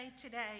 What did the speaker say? today